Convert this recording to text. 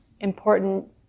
important